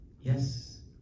Yes